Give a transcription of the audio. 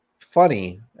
funny